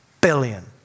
billion